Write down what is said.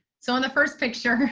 so on the first picture,